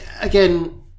Again